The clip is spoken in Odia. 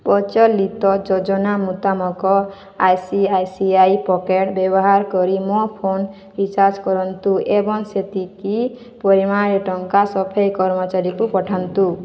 ପ୍ରଚଳିତ ଯୋଜନା ମୁତାମକ I C I C I pocket ବ୍ୟବହାର କରି ମୋ ଫୋନ୍ ରିଚାର୍ଜ କରନ୍ତୁ ଏବଂ ସେତିକି ପରିମାଣର ଟଙ୍କା ସଫେଇ କର୍ମଚାରୀକୁ ପଠାନ୍ତୁ